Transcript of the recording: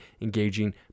engaging